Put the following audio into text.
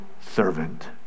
servant